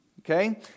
Okay